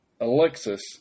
Alexis